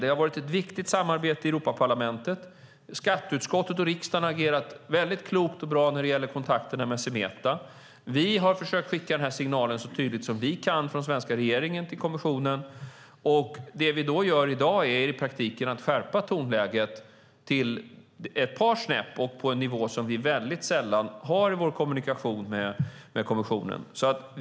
Det har varit ett viktigt samarbete i Europaparlamentet. Skatteutskottet och riksdagen har agerat mycket klokt och bra när det gäller kontakterna med Semeta. Vi har från svenska regeringen försökt skicka signalen så tydligt som vi kan till kommissionen. Det vi gör i dag är i praktiken att skärpa tonläget ett par snäpp till en nivå som vi väldigt sällan har i vår kommunikation med kommissionen.